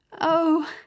Oh